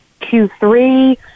Q3